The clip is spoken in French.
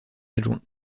adjoint